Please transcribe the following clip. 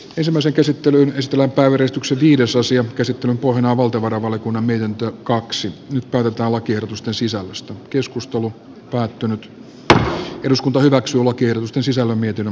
ensimmäisen käsittelyn estellä tai väristykset liitosasian käsittelyn pohjana valtavana kalkkunaminen tuo kaksi tyttörottalakiehdotusten sisällöstä keskustelu päättynyt eduskunta hyväksyy on valtiovarainvaliokunnan mietintö